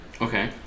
Okay